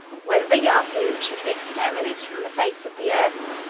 whether the yahoos should be exterminated from the face of the earth?